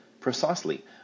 Precisely